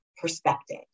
perspective